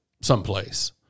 someplace